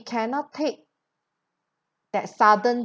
cannot take that sudden